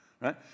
right